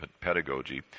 pedagogy